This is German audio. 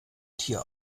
tier